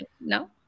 No